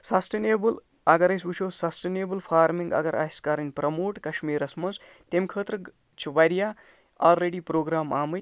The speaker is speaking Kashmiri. سَسٹِنیبٕل اَگر أسۍ وُچھو سَسٹِنیبٕل فارمِنٛگ اَگر آسہِ کَرٕنۍ پرٛموٹ کَشمیٖرَس منٛز تَمہِ خٲطرٕ چھِ واریاہ آلریٚڈی پرٛوگرٛام آمٕتۍ